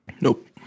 nope